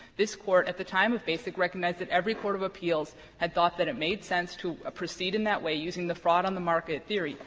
this court at the time of basic recognized that every court of appeals had thought that it made sense to proceed in that way, using the fraud on the market theory.